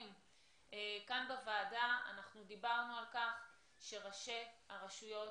כאן בוועדה שאנחנו דיברנו על כך שראשי הרשויות